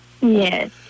yes